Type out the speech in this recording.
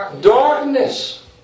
Darkness